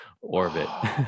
orbit